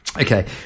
Okay